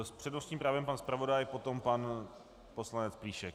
S přednostním právem pan zpravodaj, potom pan poslanec Plíšek.